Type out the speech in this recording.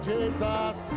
Jesus